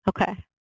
Okay